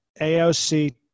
AOC